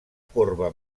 corba